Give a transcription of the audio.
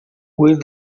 with